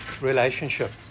relationship